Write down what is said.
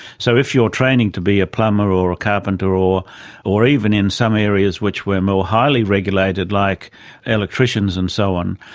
so if you're training to be a plumber or a carpenter or or even in some areas which were more highly regulated like electricians and so on,